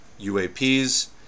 UAPs